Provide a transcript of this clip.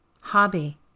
hobby